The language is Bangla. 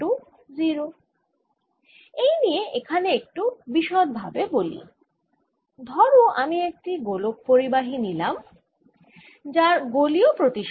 সংক্ষিপ্ত করে আবার বলে দিই আমি এই গোলক টি নিয়েছি ও এই দুটি ছোট পৃষ্ঠের জন্য তড়িৎ ক্ষেত্রের বিচার করতে চাইছি আমরা পেয়েছি E সমান সিগমা k গুন d omega r 2 to the power delta minus r 1 to the power delta